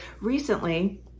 recently